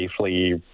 safely